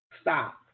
Stop